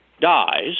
dies